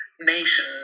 nation